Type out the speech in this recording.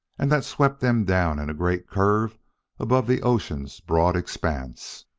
and that swept them down in a great curve above the ocean's broad expanse.